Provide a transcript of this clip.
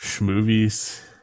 Movies